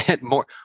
More